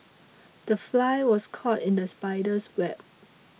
the fly was caught in the spider's web